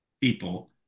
people